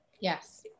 Yes